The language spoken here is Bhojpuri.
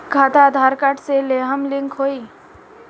खाता आधार कार्ड से लेहम लिंक होई?